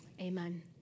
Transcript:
Amen